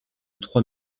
trois